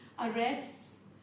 arrests